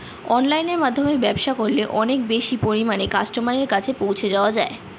অনলাইনের মাধ্যমে ব্যবসা করলে অনেক বেশি পরিমাণে কাস্টমারের কাছে পৌঁছে যাওয়া যায়?